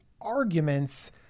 arguments